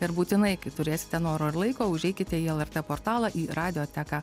ir būtinai kai turėsite noro ir laiko užeikite į lrt portalą į radioteką